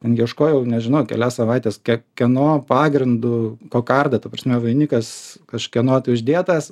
ten ieškojau nežinau kelias savaites kik kieno pagrindu kokarda ta prasme vainikas kažkieno tai uždėtas